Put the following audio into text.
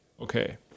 okay